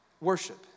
worship